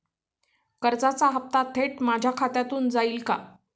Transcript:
कर्जाचा हप्ता थेट माझ्या खात्यामधून जाईल का?